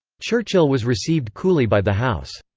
churchill was received coolly by the house.